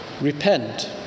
Repent